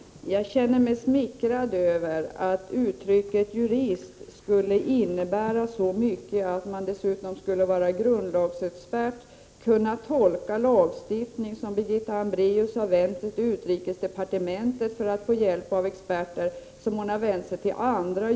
Herr talman! Jag känner mig smickrad över att det förhållandet att jag är jurist skulle innebära att jag är grundlagsexpert och skulle kunna tolka lagar som Birgitta Hambraeus har vänt sig till utrikesdepartementet och annan juridisk expertis för att få klarlagda.